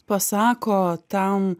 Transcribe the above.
pasako tam